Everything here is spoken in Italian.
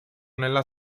nella